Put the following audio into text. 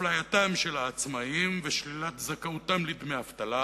הפלייתם של העצמאים ושלילת זכאותם לדמי אבטלה